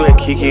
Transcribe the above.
Kiki